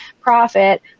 profit